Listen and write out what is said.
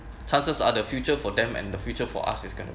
chances are the future for them and the future for us it's gonna